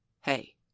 Hey